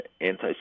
anti